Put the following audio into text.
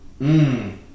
Mmm